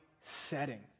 setting